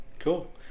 cool